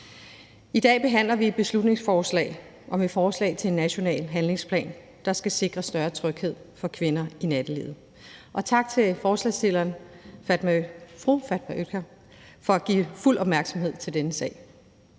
I dag behandler vi et beslutningsforslag om et forslag til en national handlingsplan, der skal sikre større tryghed for kvinder i nattelivet, og tak til forslagsstilleren, fru Fatma Øktem, for at give fuld opmærksomhed til denne sag.